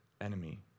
enemy